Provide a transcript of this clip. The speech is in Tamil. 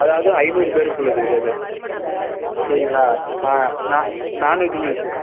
அதாவது ஐந்நூறு பேருக்கு உள்ளது இது இது சரிங்களா ஆ நாண் நாண்வெஜ் மீல்ஸு